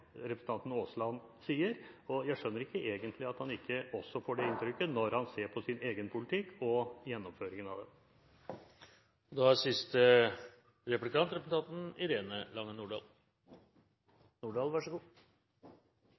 representanten Aasland sier. Og jeg skjønner ikke egentlig at han ikke kan se det for landbruket, når han ser på sin egen politikk og på gjennomføringen av den.